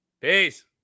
Peace